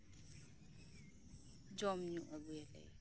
ᱡᱚᱢᱼᱧᱩ ᱟᱹᱜᱩᱭᱟᱞᱮ